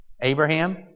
Abraham